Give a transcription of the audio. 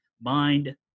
mind